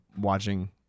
watching